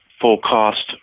full-cost